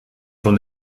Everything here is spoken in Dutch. van